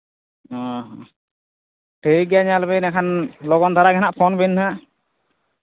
ᱚ ᱴᱷᱤᱠ ᱜᱮᱭᱟ ᱧᱮᱞᱵᱤᱱ ᱟᱠᱷᱟᱱ ᱞᱚᱜᱚᱱ ᱫᱷᱟᱨᱟᱜᱮ ᱦᱟᱸᱜ ᱯᱷᱳᱱ ᱵᱤᱱ ᱦᱟᱸᱜ